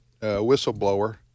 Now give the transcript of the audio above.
whistleblower